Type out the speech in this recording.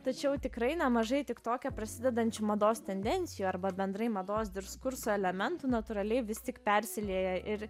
tačiau tikrai nemažai tiktoke prasidedančių mados tendencijų arba bendrai mados diskurso elementų natūraliai vis tik persilieja ir